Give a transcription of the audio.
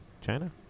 China